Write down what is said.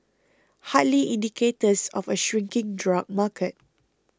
hardly indicators of a shrinking drug market